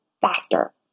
faster